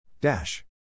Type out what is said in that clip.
Dash